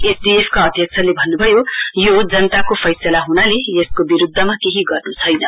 एसडीएफका अध्यक्षले भन्न्भयो यो जनताको फैसला हुनाले यसको विरूद्धमा केही गर्न् छैन